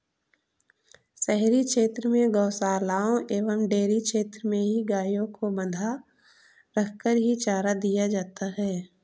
शहरी क्षेत्र में गोशालाओं एवं डेयरी क्षेत्र में ही गायों को बँधा रखकर ही चारा दिया जाता है